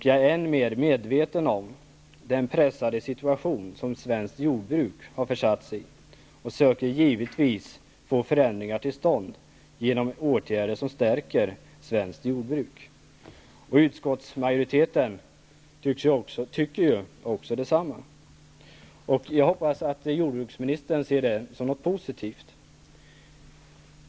Jag är än mer medveten om den pressade situation som svenskt jordbruk har försatts i, och jag söker givetvis få förändringar till stånd genom åtgärder som stärker svenskt jordbruk. Utskottsmajoriteten är ju av samma åsikt. Jag hoppas att jordbruksministern ser detta som något positivt.